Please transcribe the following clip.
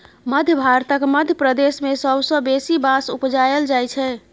मध्य भारतक मध्य प्रदेश मे सबसँ बेसी बाँस उपजाएल जाइ छै